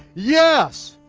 yes,